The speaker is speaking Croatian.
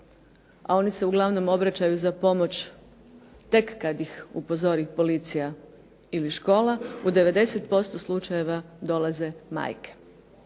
a oni se uglavnom obraćaju za pomoć tek kad ih upozori policija ili škola, u 90% slučajeva dolaze majke.